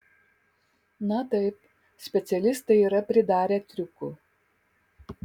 na taip specialistai yra pridarę triukų